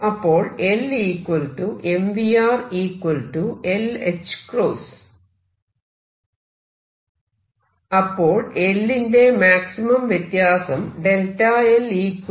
അപ്പോൾ L mvr lħ അപ്പോൾ l ന്റെ മാക്സിമം വ്യത്യാസം Δ l ∓ 1